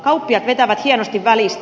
kauppiaat vetävät hienosti välistä